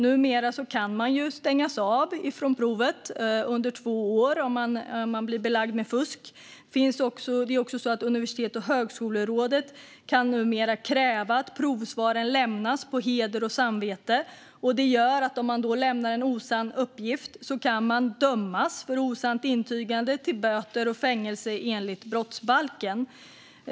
Numera kan man stängas av från provet under två år om man blir påkommen med att fuska. Universitets och högskolerådet kan numera också kräva att provsvaren lämnas på heder och samvete. Detta gör att man om man lämnar en osann uppgift kan dömas till böter och fängelse för osant intygande enligt brottsbalken.